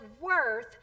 worth